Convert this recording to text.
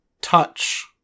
touch